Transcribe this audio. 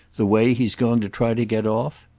the way he's going to try to get off?